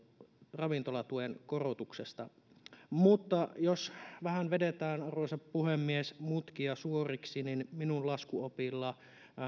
ravintolatuen korotuksesta jos vähän vedetään arvoisa puhemies mutkia suoriksi niin minun laskuopillani